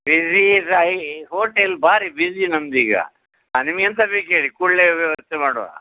busy hotel ಭಾರಿ busy ನಮ್ದು ಈಗ ಹಾಂ ನಿಮ್ಗೆ ಎಂತ ಬೇಕು ಹೇಳಿ ಕೂಡಲೇ ವ್ಯವಸ್ಥೆ ಮಾಡೋಣ